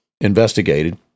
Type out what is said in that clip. investigated